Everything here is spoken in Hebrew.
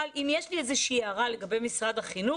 אבל אם יש לי איזה שהיא הערה לגבי משרד החינוך,